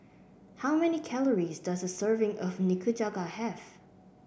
how many calories does a serving of Nikujaga have